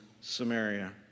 Samaria